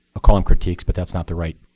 ah call them critiques, but that's not the right